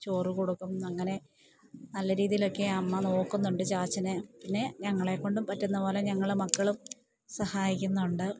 ചോറ് കൊടുക്കും അങ്ങനെ നല്ല രീതിയിലൊക്കെ അമ്മ നോക്കുന്നുണ്ട് ചാച്ചനെ പിന്നെ ഞങ്ങളേക്കൊണ്ടും പറ്റുന്ന പോലെ ഞങ്ങള് മക്കളും സഹായിക്കുന്നുണ്ട്